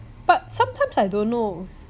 but sometimes I don't know